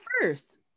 first